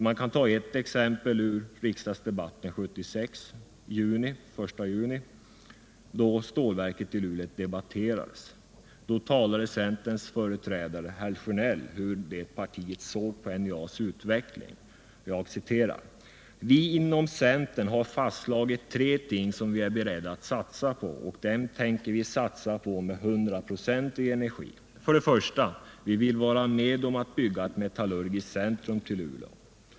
Ett exempel på detta kan tas ur riksdagsdebatten 1976, närmare bestämt den 1 juni, då stålverket i Luleå debatterades. Då talade centerns företrädare herr Sjönell om hur det partiet såg på NJA:s utveckling. Han anförde: ”Vi har inom centern fastslagit tre ting som vi är beredda att satsa på, och dem tänker vi också satsa på med hundraprocentig energi. För det första vill vi vara med om att bygga ett metallurgiskt centrum i Luleå.